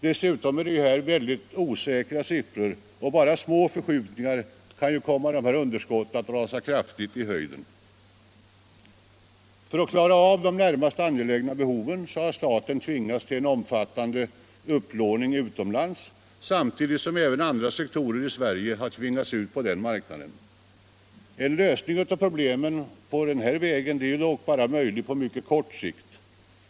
Det är dessutom mycket osäkra siffror, och bara små förskjutningar kan komma underskottet att rasa kraftigt i väg. För att klara av de närmaste angelägna behoven har staten tvingats till en omfattande upplåning utomlands, samtidigt som även andra sektorer i Sverige har tvingats ut på den marknaden. En lösning av problemen på den här vägen är dock bara möjlig på mycket kort sikt.